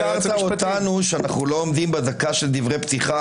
בזמן שביקרת אותנו על כך שאנחנו לא עומדים בדקה של דברי פתיחה.